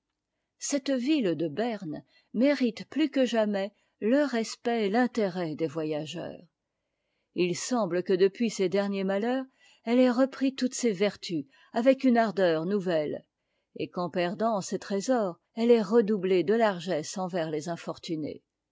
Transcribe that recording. cette ville de berne mérite plus que jamais le respect et l'intérêt des voyageurs il semble que depuis ses derniers malheurs elle ait repris toutes ses vertus avec une ardeur nouvelle et qu'en perdant ses trésors elle ait redoublé de largesse envers les infortunés